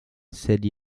sed